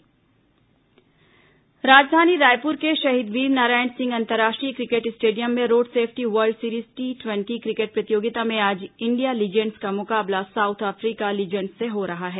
road safety cricket tournament राजधानी रायपुर के शहीद वीरनारायण सिंह अंतर्राष्ट्रीय क्रिकेट स्टेडियम में road safety world series T ट्वेटी क्रिकेट प्रतियोगिता में आज इंडिया लीजेंड्स का मुकाबला साउथ अफ्रीका लीजेंड्स से हो रहा है